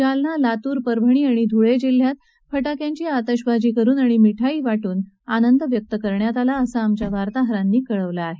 जालना लातूर परभणी आणि धुळे जिल्ह्यात फटाक्यांची आतषबाजी करुन अणि मिठाई वाटून आनंद व्यक्त करण्यात आला असं आमच्या वार्ताहरांनी कळवलं आहे